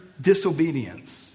disobedience